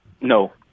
No